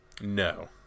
no